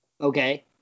Okay